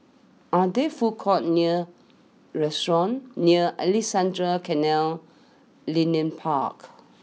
are there food courts near restaurants near Alexandra Canal Linear Park